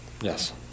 Yes